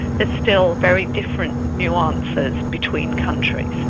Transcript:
is still very different nuances between countries.